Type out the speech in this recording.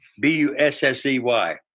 B-U-S-S-E-Y